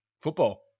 Football